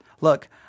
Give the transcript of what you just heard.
Look